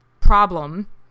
problem